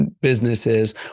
businesses